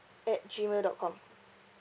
at gmail dot com